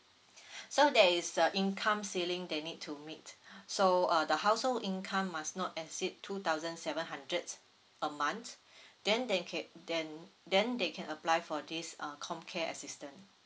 so there is a income ceiling they need to meet so uh the household income must not exceed two thousand seven hundreds a month then they ca~ then then they can apply for this um comcare assistance